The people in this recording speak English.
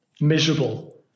miserable